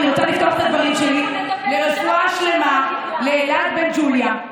אני רוצה לפתוח את הדברים שלי ברפואה שלמה לאלעד בן ג'וליה,